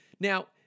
now